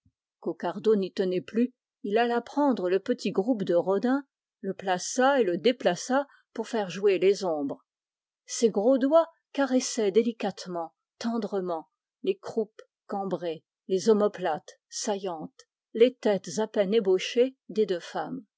coquardeau n'y tenait plus il alla prendre le groupe de rodin le plaça et le déplaça pour faire jouer les ombres ses gros doigts caressaient délicatement tendrement les croupes cambrées les omoplates saillantes les têtes à peine ébauchées des deux femmes